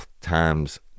times